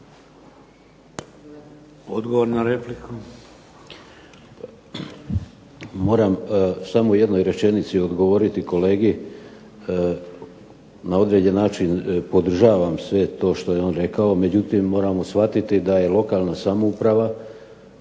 Odgovor na repliku.